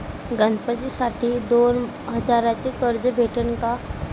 गणपतीसाठी दोन हजाराचे कर्ज भेटन का?